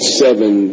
seven